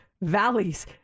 valleys